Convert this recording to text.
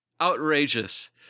Outrageous